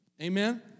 Amen